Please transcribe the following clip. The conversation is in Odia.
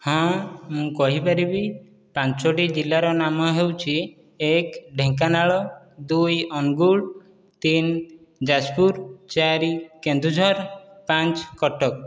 ହଁ ମୁଁ କହିପାରିବି ପାଞ୍ଚଟି ଜିଲ୍ଲା ର ନାମ ହେଉଛି ଏକ ଢେଙ୍କାନାଳ ଦୁଇ ଅନଗୁଳ ତିନ ଯାଜପୁର ଚାରି କେନ୍ଦୁଝର ପାଞ୍ଚ କଟକ